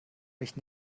mich